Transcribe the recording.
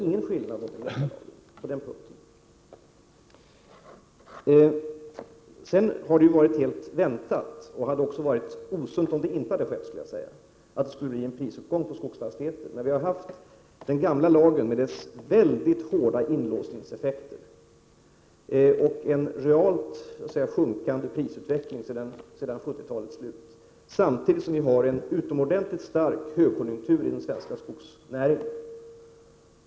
På den punkten är det ingen skillnad. Det var helt väntat att — och det hade varit osunt om så inte blivit fallet — det skulle bli en prisuppgång på skogsfastigheter. Den gamla lagen med dess mycket hårda inlåsningseffekter har gett en utveckling med reala prissänkningar sedan 1970-talets slut, samtidigt som vi haft och har en utomordentligt stark högkonjunktur i den svenska skogsnäringen.